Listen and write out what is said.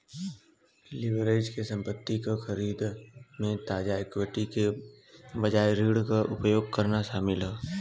leverage में संपत्ति क खरीद में ताजा इक्विटी के बजाय ऋण क उपयोग करना शामिल हौ